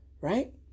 right